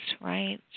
right